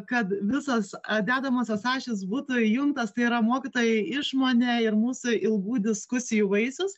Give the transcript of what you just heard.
kad visas dedamosios ašys būtų įjungtas tai yra mokytojai išmonė ir mūsų ilgų diskusijų vaisius